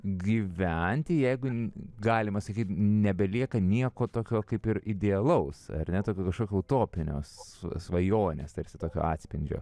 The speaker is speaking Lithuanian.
gyventi jeigu galima sakyti nebelieka nieko tokio kaip ir idealaus ar ne tokio kažkokio utopinės svajonės tarsi tokio atspindžio